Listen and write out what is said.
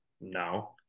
no